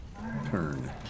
turn